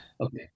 Okay